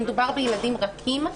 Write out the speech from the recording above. כשמדובר בילדים רכים,